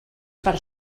per